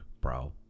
bro